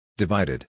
Divided